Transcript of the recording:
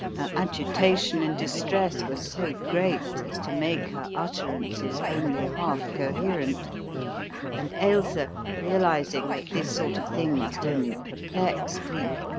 agitation and distress were so great as to make her utterances only half coherent and ailsa, realising that this sort of thing must only perplex cleek,